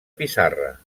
pissarra